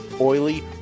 oily